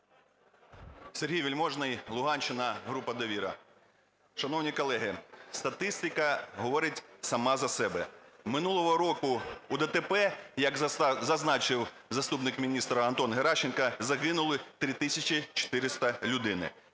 Сергій Вельможний, Луганщина, група "Довіра". Шановні колеги, статистика говорить сама за себе. Минулого року у ДТП, як зазначив заступник міністра Антон Геращенко, загинули 3 тисячі 400 людини.